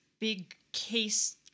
big-case